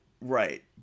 Right